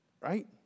Right